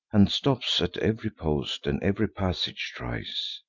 and stops at ev'ry post, and ev'ry passage tries.